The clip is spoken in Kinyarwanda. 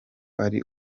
ari